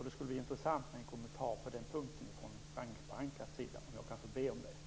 Det vore intressant med en kommentar på den punkten från Ragnhild Pohanka.